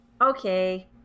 Okay